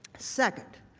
second,